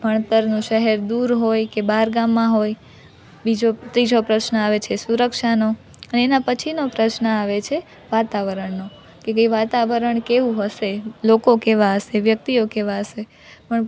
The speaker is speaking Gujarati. ભણતરનું શહેર દૂર હોય કે બહારગામમાં હોય બીજો ત્રીજો પ્રશ્ન આવે છે સુરક્ષાનો અને એના પછીનો પ્રશ્ન આવે છે વાતાવરણનો કે ભાઈ વાતાવરણ કેવું હશે લોકો કેવાં હશે વ્યક્તિઓ કેવા હશે પણ